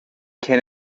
can